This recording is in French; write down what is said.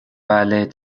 parler